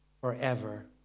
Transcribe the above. forever